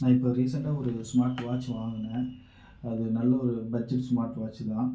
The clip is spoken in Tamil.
நான் இப்போ ரீசென்ட்டாக ஒரு ஸ்மார்ட் வாட்ச் வாங்கினேன் அது நல்ல ஒரு பட்ஜெட் ஸ்மார்ட் வாட்ச்சு தான்